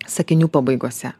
sakinių pabaigose